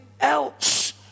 else